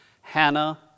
Hannah